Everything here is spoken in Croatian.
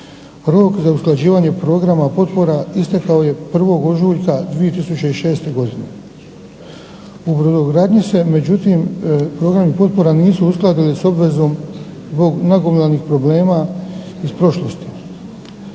Rok za usklađivanje programa potpora istekao je 1. ožujka 2006. godine. U brodogradnji se međutim programi potpora nisu uskladili sa obvezom zbog nagomilanih problema iz prošlosti.